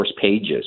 pages